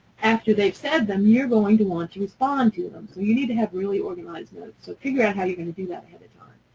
after they've said them, you're going to want to respond to them, so you need to have really organized notes. so figure out how you're going to do that ahead of time.